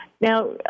Now